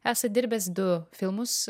esat dirbęs du filmus